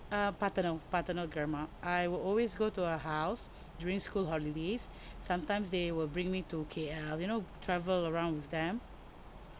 uh paternal paternal grandma I will always go to her house during school holidays sometimes they will bring me to K_L you know travel around with them